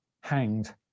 hanged